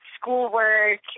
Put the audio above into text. schoolwork